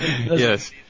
Yes